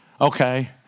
Okay